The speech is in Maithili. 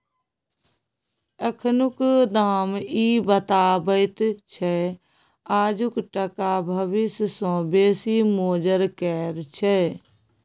एखनुक दाम इ बताबैत छै आजुक टका भबिस सँ बेसी मोजर केर छै